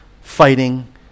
fighting